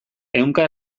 ehunka